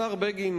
השר בגין,